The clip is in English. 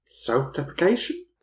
Self-deprecation